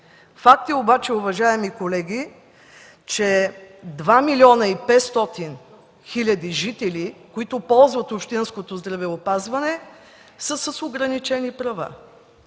Факт е обаче, уважаеми колеги, че 2 млн. 500 хил. жители, които ползват общинското здравеопазване, са с ограничени права.